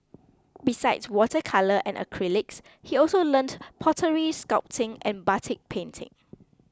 besides water colour and acrylics he also learnt pottery sculpting and batik painting